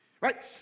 Right